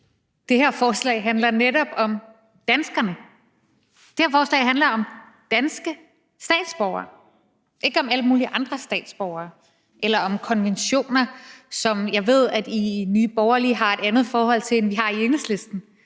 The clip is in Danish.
Det her forslag handler netop om danskerne. Det her forslag handler om danske statsborgere. Det handler ikke om alle mulige andre statsborgere eller om konventioner, som jeg ved at I i Nye Borgerlige har et andet forhold til, end vi har i Enhedslisten.